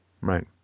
Right